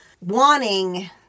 wanting